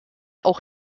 auch